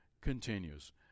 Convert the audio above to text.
continues